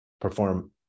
perform